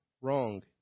wrong